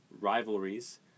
Rivalries